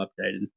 updated